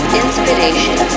inspiration